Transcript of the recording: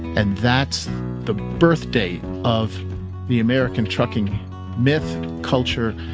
and that's the birth date of the american trucking myth, culture,